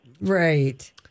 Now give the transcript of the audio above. Right